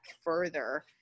further